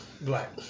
black